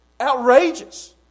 Outrageous